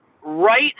right